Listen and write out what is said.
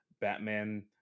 batman